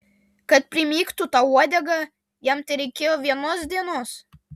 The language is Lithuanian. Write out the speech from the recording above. kad primygtų tau uodegą jam tereikėjo vienos dienos